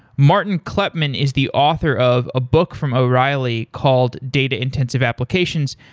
martin kleppmann is the author of a book from o'reilly called data-intensive applications,